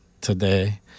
today